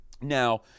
Now